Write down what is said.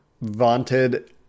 vaunted